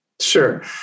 sure